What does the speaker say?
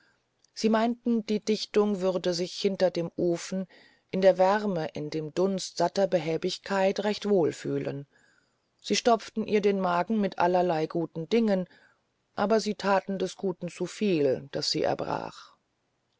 sie meinten die dichtung würde sich hinter dem ofen in der wärme in dem dunst satter behäbigkeit recht wohl fühlen sie stopften ihr den magen mit allerlei guten dingen aber sie taten des guten zuviel daß sie erbrach